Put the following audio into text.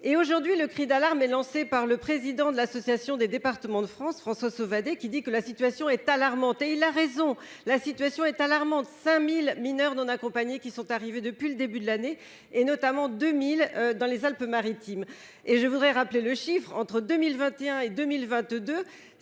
et aujourd'hui le cri d'alarme est lancé par le président de l'association des départements de France, François Sauvadet, qui dit que la situation est alarmante et il a raison. La situation est alarmante. 5000 mineurs non accompagnés qui sont arrivés depuis le début de l'année et notamment 2000 dans les Alpes Maritimes et je voudrais rappeler le chiffre entre 2021 et 2022